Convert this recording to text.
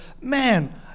man